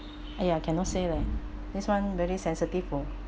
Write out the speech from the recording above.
!aiya! cannot say leh this one very sensitive [woh]